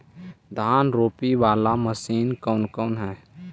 धान रोपी बाला मशिन कौन कौन है?